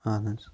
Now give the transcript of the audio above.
اَہن حظ